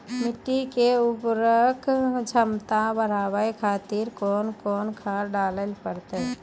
मिट्टी के उर्वरक छमता बढबय खातिर कोंन कोंन खाद डाले परतै?